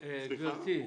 גברתי.